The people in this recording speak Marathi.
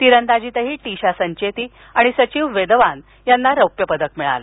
तिरंदाजीतही टिशा संचेती आणि सचिव वेदवान यांना रौप्य पदक मिळालं